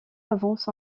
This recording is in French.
avance